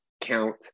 count